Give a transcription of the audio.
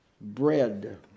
bread